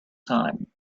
time